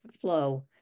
flow